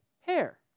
hair